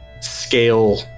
scale